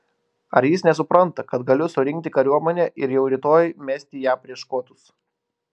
ar jis nesupranta kad galiu surinkti kariuomenę ir jau rytoj mesti ją prieš škotus